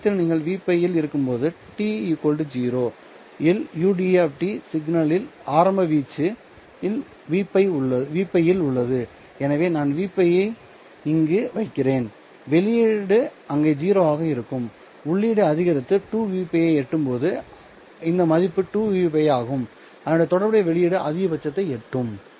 ஆரம்பத்தில் நீங்கள் Vπ இல் இருக்கும்போது t 0 இல் ud சிக்னலின் ஆரம்ப வீச்சு Vπ இல் உள்ளது எனவே நான் Vπ ஐ இங்கு வைக்கிறேன் வெளியீடு இங்கே 0 ஆக இருக்கும் உள்ளீடு அதிகரித்து 2 Vπ ஐ எட்டும்போது இந்த மதிப்பு 2 Vπ ஆகும் அதனுடன் தொடர்புடைய வெளியீடு அதிகபட்சத்தை எட்டும்